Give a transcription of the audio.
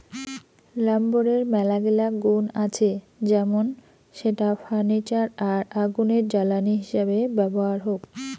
লাম্বরের মেলাগিলা গুন্ আছে যেমন সেটা ফার্নিচার আর আগুনের জ্বালানি হিসেবে ব্যবহার হউক